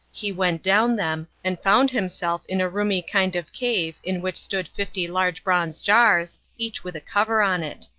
he went down them and found himself in a roomy kind of cave in which stood fifty large bronze jars, each with a cover on it.